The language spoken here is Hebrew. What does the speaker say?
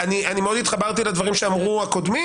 מאוד התחברתי לדברים שאמרו הקודמים